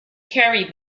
carry